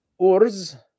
urz